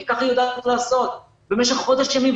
כי כך היא יודעת לעשות במשך חודש ימים,